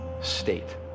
state